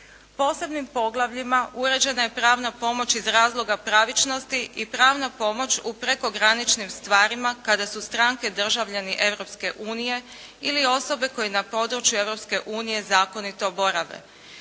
Posebnim poglavljima uređena je pravna pomoć iz razloga pravičnosti i pravna pomoć u prekograničnim stvarima kada su stranke državljani Europske unije ili osobe koje na području Europske unije zakonito borave.